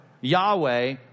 Yahweh